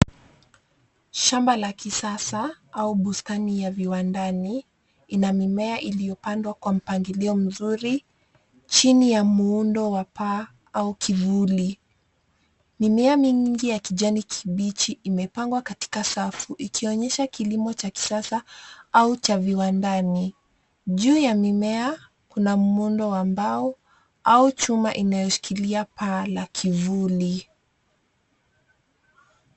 Shamba la kisasa au bustani ya viwandani ina mimea ilyopandwa kwa mpangilio mzuri, chini ya muundo wa paa au kivuli. Mimea mingi ya kijani kibichi imepangwa katika safu ikionyesha kilimo cha kisasa au cha viwandani. Juu ya mimea, kuna muundo wa mbao au chuma inayoshikilia paa la kivuli.